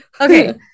okay